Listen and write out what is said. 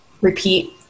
repeat